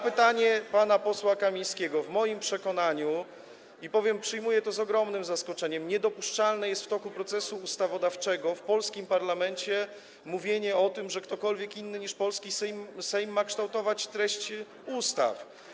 Pytanie pana posła Kamińskiego - w moim przekonaniu, i, powiem, przyjmuję to z ogromnym zaskoczeniem, niedopuszczalne jest w toku procesu ustawodawczego w polskim parlamencie mówienie o tym, że ktokolwiek inny niż polski Sejm ma kształtować treść ustaw.